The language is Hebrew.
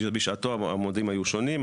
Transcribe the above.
בשעתו המועדים היו שונים,